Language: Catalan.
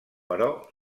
però